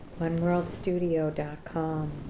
Oneworldstudio.com